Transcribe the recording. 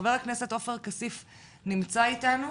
חבר הכנסת עופר כסיף נמצא איתנו.